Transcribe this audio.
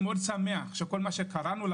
אני שמח שכל מה שקראנו,